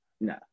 no